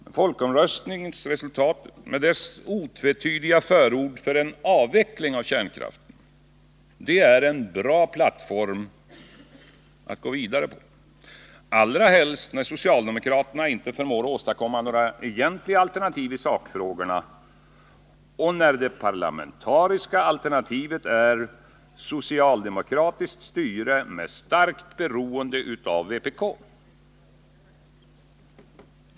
Men folkomröstningsresultatet med dess otvetydiga förord för en avveckling av kärnkraften är en bra plattform att gå vidare från — allra helst när socialdemokraterna inte förmår åstadkomma några egentliga alternativ i sakfrågorna och det parlamentariska alternativet är socialdemokratiskt styre med starkt beroende av vpk.